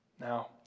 Now